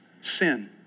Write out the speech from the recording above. sin